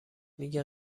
میگه